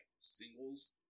singles